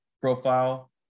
profile